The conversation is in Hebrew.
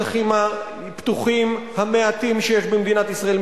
הצעת החוק הזו תפגע בשטחים הפתוחים המעטים שיש במדינת ישראל,